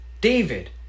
David